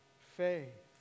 faith